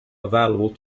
available